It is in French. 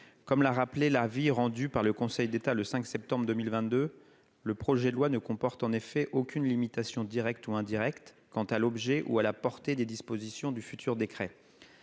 comme l'a rappelé l'avis rendu par le Conseil d'État le 5 septembre 2022, le projet de loi ne comporte en effet aucune limitation directe ou indirecte, quant à l'objet ou à la portée des dispositions du futur décret